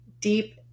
deep